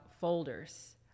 folders